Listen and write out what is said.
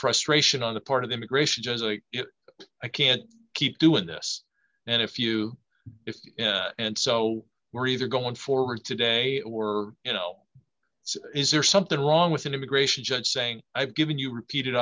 frustration on the part of the immigration judge i can't keep doing this and if you if you and so we're either going forward today or you know is there something wrong with an immigration judge saying i've given you repeated